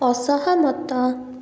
ଅସହମତ